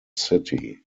city